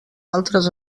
altres